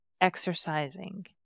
exercising